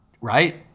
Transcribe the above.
Right